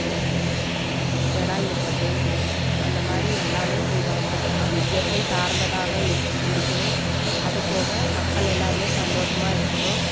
கிடாய் வெட்டுறது அந்த மாதிரி எல்லாம் செய்வாங்க அது இயற்கை சார்ந்ததாக இருக்க இருக்கணும் அதுபோக மக்கள் எல்லோருமே சந்தோஷமா இருக்கணும்